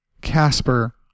Casper